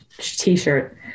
t-shirt